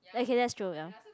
okay that's true ya